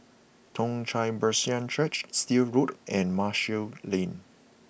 Toong Chai Presbyterian Church Still Road and Marshall Lane